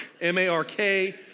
M-A-R-K